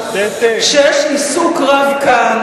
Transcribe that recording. שיש עיסוק רב כאן,